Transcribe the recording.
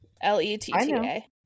L-E-T-T-A